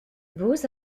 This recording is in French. beaux